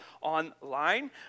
online